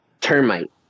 termite